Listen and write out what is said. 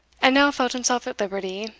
and now felt himself at liberty,